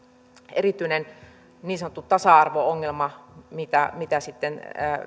erityinen niin sanottu tasa arvo ongelma minkä sitten